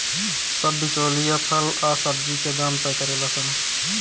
सब बिचौलिया फल आ सब्जी के दाम तय करेले सन